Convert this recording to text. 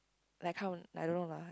like kind of I don't know lah